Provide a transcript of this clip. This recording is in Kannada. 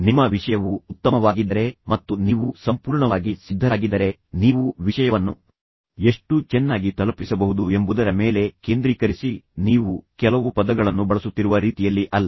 ನಿಮ್ಮ ವಿಷಯವು ಉತ್ತಮವಾಗಿದ್ದರೆ ಮತ್ತು ನೀವು ಸಂಪೂರ್ಣವಾಗಿ ಸಿದ್ಧರಾಗಿದ್ದರೆ ನೀವು ವಿಷಯವನ್ನು ಎಷ್ಟು ಚೆನ್ನಾಗಿ ತಲುಪಿಸಬಹುದು ಎಂಬುದರ ಮೇಲೆ ಕೇಂದ್ರೀಕರಿಸಿ ನೀವು ಕೆಲವು ಪದಗಳನ್ನು ಬಳಸುತ್ತಿರುವ ರೀತಿಯಲ್ಲಿ ಅಲ್ಲ